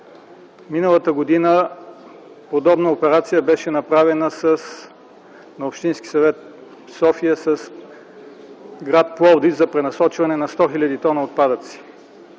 Миналата година подобна операция беше направена на Общински съвет – София, с гр. Пловдив за пренасочване на 100 хил. т отпадъци.